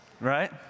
Right